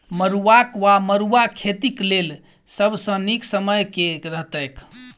मरुआक वा मड़ुआ खेतीक लेल सब सऽ नीक समय केँ रहतैक?